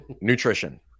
nutrition